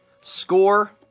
score